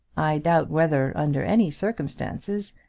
i doubt whether, under any circumstances,